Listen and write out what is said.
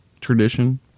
tradition